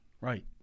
Right